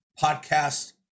podcast